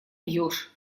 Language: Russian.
бьешь